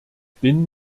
bin